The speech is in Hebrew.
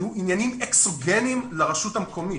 אלה עניינים אקסוגניים לרשות המקומית.